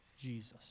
Jesus